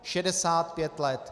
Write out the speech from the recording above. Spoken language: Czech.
65 let.